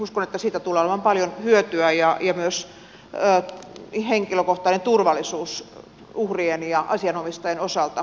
uskon että siitä tulee olemaan paljon hyötyä ja myös henkilökohtainen turvallisuus uhrien ja asianomistajien osalta